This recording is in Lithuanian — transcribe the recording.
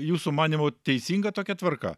jūsų manymu teisinga tokia tvarka